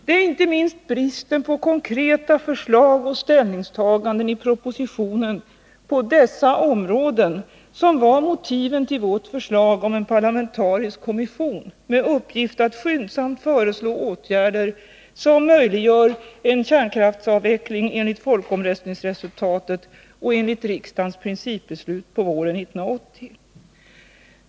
Det är inte minst bristen på konkreta förslag och ställningstaganden i propositionen på dessa områden som var motiven till vårt förslag om en parlamentarisk kommission med uppgift att skyndsamt föreslå åtgärder som möjliggör en kärnkraftsavveckling enligt folkomröstningsresultatet och enligt riksdagens principbeslut på våren 1980.